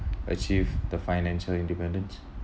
achieve the financial independence